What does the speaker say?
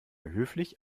höflich